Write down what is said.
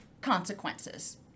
consequences